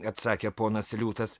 atsakė ponas liūtas